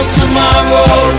tomorrow